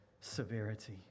severity